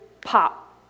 pop